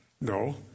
no